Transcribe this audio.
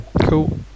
Cool